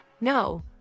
no